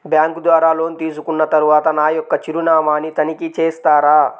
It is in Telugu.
బ్యాంకు ద్వారా లోన్ తీసుకున్న తరువాత నా యొక్క చిరునామాని తనిఖీ చేస్తారా?